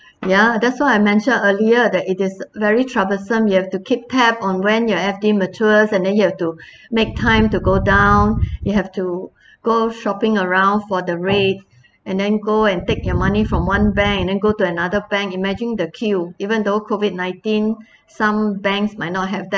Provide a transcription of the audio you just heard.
ya that's why I mentioned earlier that it is very troublesome you have to keep tab on when your F_D matures and then you have to make time to go down you have to go shopping around for the rate and then go and take your money from one bank and then go to another bank imagine the queue even though COVID nineteen some banks might not have that